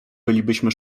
bylibyśmy